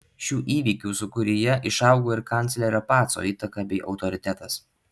šių įvykių sūkuryje išaugo ir kanclerio paco įtaka bei autoritetas